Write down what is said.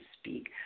speak